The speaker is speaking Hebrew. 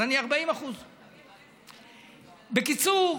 אז אני 40%. בקיצור,